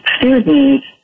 students